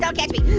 don't catch me,